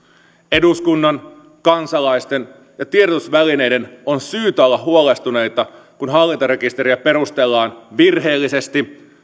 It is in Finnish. eduskunnan kansalaisten ja tiedotusvälineiden on syytä olla huolestuneita kun hallintarekisteriä perustellaan virheellisesti